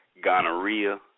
gonorrhea